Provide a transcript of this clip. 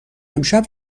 امشب